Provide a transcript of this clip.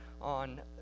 on